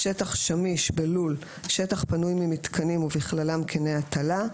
"שטיח שמיש" בלול שטח פנוי ממתקנים ובכללם קני הטלה,